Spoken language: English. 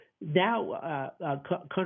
now